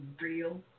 real